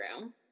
room